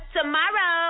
Tomorrow